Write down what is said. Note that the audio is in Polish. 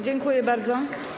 Dziękuję bardzo.